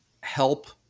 help